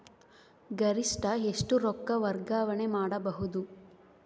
ಗರಿಷ್ಠ ಎಷ್ಟು ರೊಕ್ಕ ವರ್ಗಾವಣೆ ಮಾಡಬಹುದು?